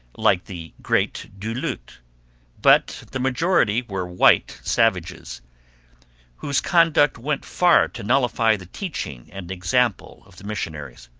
like the great du lhut but the majority were white savages whose conduct went far to nullify the teaching and example of the missionaries.